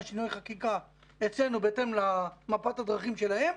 שינויי חקיקה אצלנו בהתאם למפת הדרכים שלהם.